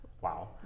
Wow